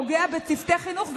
פוגע בצוותי החינוך,